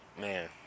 Man